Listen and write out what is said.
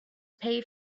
pay